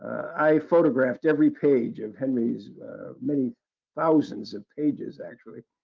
i photographs every page of henry's many thousands of pages actually.